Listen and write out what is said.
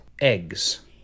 eggs